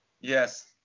Yes